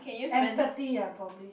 empathy ah probably